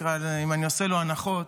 אם אני עושה לו הנחות,